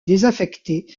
désaffecté